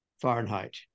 Fahrenheit